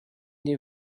die